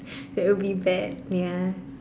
that will be bad ya